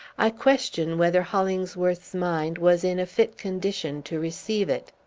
i question whether hollingsworth's mind was in a fit condition to receive it.